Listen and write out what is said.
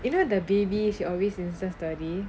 you know the babies you always Instagram story